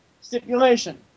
stipulation